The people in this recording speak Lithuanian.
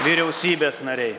vyriausybės nariai